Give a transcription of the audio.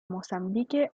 mozambique